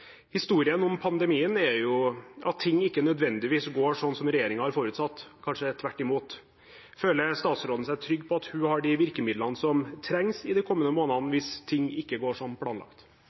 Historien om pandemien er at ting ikke nødvendigvis går sånn som regjeringen har forutsatt – kanskje tvert imot. Føler statsråden seg trygg på at hun har de virkemidlene som trengs i de kommende månedene hvis ting ikke går som planlagt?